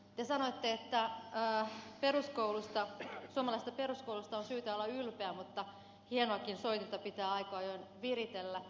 te sanoitte että suomalaisesta peruskoulusta on syytä olla ylpeä mutta hienoakin soitinta pitää aika ajoin viritellä